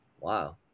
Wow